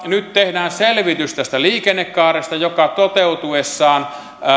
nyt tehdään selvitys tästä liikennekaaresta joka toteutuessaan